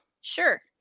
Sure